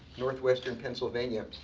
northwestern pennsylvania.